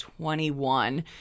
21